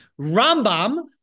Rambam